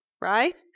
right